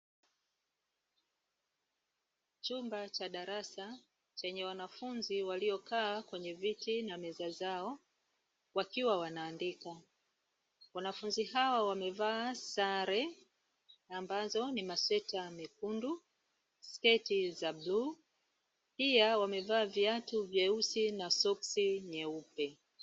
Chumba cha darasa chenye wanafunzi waliokaa kwenye viti na meza zao, wakiwa wanaandika. Wanafunzi hao wamevaa sare ambazo ni: masweta mekundu, sketi za bluu, pia wamevaa viatu vyeusi na soksi nyeupe.